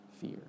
fear